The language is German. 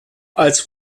als